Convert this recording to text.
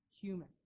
human